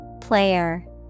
Player